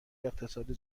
اقتصاد